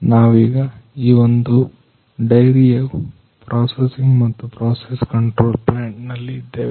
ನಾವೀಗ ಈ ಒಂದು ಡೈರಿಯ ಪ್ರಾಸೆಸಿಂಗ್ ಮತ್ತು ಪ್ರಾಸೆಸ್ ಕಂಟ್ರೋಲ್ ಪ್ಲಾಂಟ್ ನಲ್ಲಿ ಇದ್ದೀವಿ